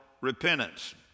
repentance